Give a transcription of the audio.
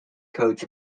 coach